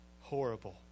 horrible